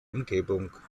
umgebung